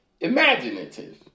imaginative